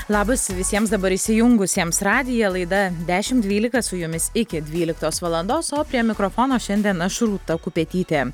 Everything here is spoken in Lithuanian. labas visiems dabar įsijungusiems radiją laida dešimt dvylika su jumis iki dvyliktos valandos o prie mikrofono šiandien aš rūta kupetytė